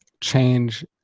change